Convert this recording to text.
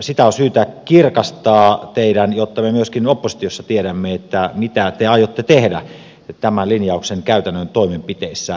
sitä teidän on syytä kirkastaa jotta myöskin me oppositiossa tiedämme mitä te aiotte tehdä tämän linjauksen käytännön toimenpiteissä